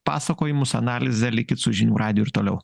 pasakojimus analizę likit su žinių radiju ir toliau